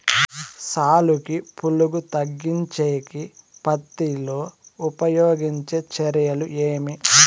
సాలుకి పులుగు తగ్గించేకి పత్తి లో ఉపయోగించే చర్యలు ఏమి?